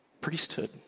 priesthood